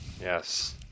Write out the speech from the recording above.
Yes